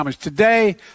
Today